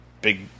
big